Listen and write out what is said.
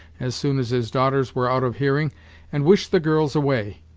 as soon as his daughters were out of hearing, and wish the girls away.